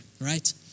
right